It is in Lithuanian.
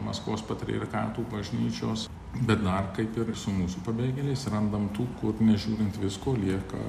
maskvos patriarchato bažnyčios bet dar kaip ir su mūsų pabėgėliais surandam tų kurie nežiūrint visko lieka